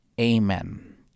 Amen